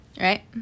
Right